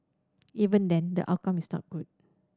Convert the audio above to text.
even then the outcome is not good